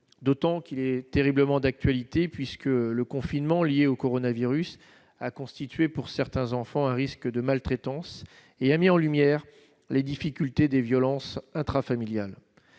d'autant qu'il est terriblement d'actualité puisque le confinement lié au coronavirus a constitué pour certains enfants à risque de maltraitance et a mis en lumière les difficultés des violences intrafamiliales